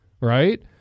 right